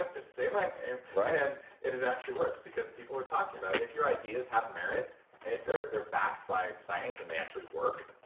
like just say my and it it actually works, because people are talking about it. if your ideas have merit, and if they're they're backed by science and they actually work,